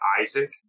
Isaac